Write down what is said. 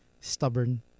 stubborn